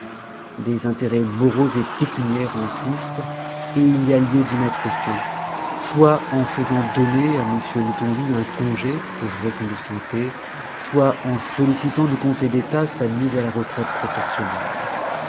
des intérêts moraux et pécuniaires en souffrent et il y a lieu d'y mettre fin soit en faisant donner à m letondu un congé pour raison de santé soit en sollicitant du conseil d'état sa mise à la retraite proportionnelle